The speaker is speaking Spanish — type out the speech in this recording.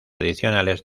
adicionales